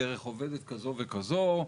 דרך עובדת כזו וכזו,